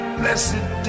blessed